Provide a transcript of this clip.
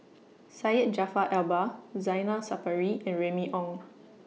Syed Jaafar Albar Zainal Sapari and Remy Ong